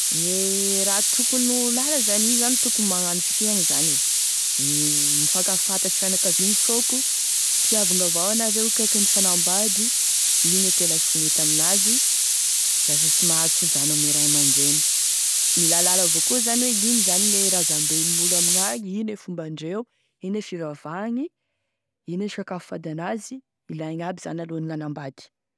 Gne raha tokony ho lala zany iny zany tokony hagnano fihiagny zany e, mi mifankafantatry fianakaviagny soko mpiavagny avao anareo kaiky nifanambady igny e tena sy mety amin'azy lasa sy mahazo so-drano ame ray aman-dreny, mila lala avao koa zany hoe ino zany gne razam-benign'olo amign'agny, ino e fomban-dreo, ino e fivavahany, ino e sakafo fady an'azy, ilaigny aby izany alohany gn'anambady.